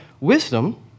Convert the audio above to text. wisdom